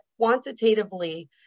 quantitatively